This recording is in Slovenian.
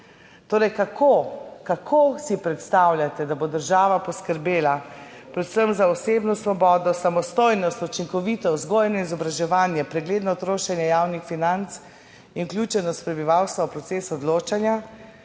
Torej kako, kako si predstavljate, da bo država poskrbela predvsem za osebno svobodo, samostojnost, učinkovito vzgojno in izobraževanje, pregledno trošenje javnih financ in vključenost prebivalstva v proces odločanja,